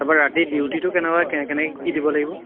তাৰপৰা ৰাতি ডিউটিটো কেনেকুৱা কে কেনেকে কি দিব লাগিব